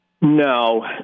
No